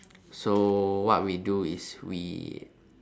so what we do is we